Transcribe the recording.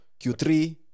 Q3